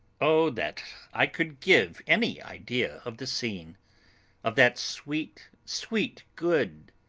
oh, that i could give any idea of the scene of that sweet, sweet, good,